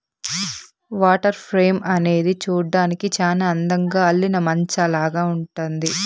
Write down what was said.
water frame అనేది చూడ్డానికి చానా అందంగా అల్లిన మంచాలాగా ఉంటుంది